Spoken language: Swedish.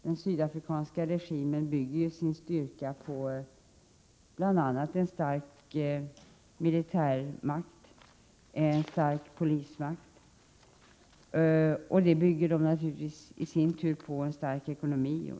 Den sydafrikanska regimen bygger ju sin styrka på bl.a. en stark militärmakt och en stark polismakt, och detta bygger naturligtvis på en stark ekonomi.